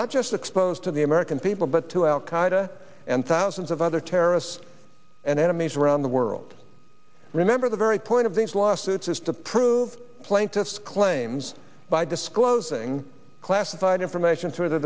not just expose to the american people but to al qaeda and thousands of other terrorists and enemies around the world remember the very point of these lawsuits is to prove plaintiffs claims by disclosing classified information t